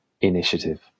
initiative